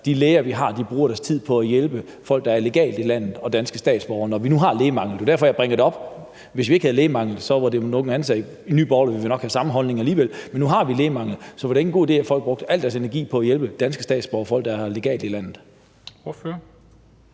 de læger, vi har, bruger deres tid på at hjælpe folk, der er legalt her i landet, og danske statsborgere, når vi nu har lægemangel? Det er jo derfor, jeg bringer det op. Hvis vi ikke havde lægemangel, var det en anden sag. I Nye Borgerlige ville vi nok alligevel have samme holdning. Men nu har vi lægemangel, så var det ikke en god idé, at folk brugte al deres energi på at hjælpe danske statsborgere og folk, der er legalt i landet?